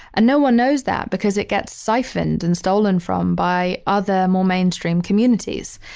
and no one knows that because it gets siphoned and stolen from by other more mainstream communities,